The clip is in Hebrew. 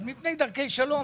אבל מפני דרכי שלום,